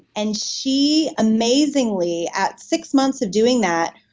and she amazingly at six months of doing that,